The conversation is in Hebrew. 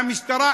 והמשטרה,